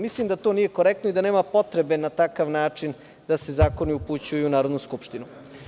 Mislim da to nije korektno i da nema potrebe na takav način da se zakoni upućuju u Narodnu skupštinu.